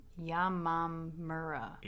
Yamamura